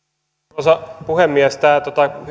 arvoisa puhemies tämä